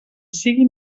sigui